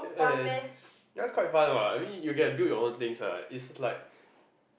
and yeah it's quite fun [what] I mean you get to build your own things [what] it's like